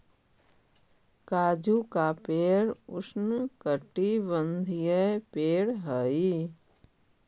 काजू का पेड़ उष्णकटिबंधीय पेड़ हई